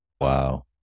Wow